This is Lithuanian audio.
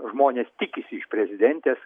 žmonės tikisi iš prezidentės